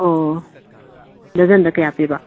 ꯑꯣ ꯗꯔꯖꯟꯗ ꯀꯌꯥ ꯄꯤꯕ